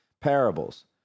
parables